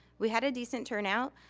we had a decent turnout.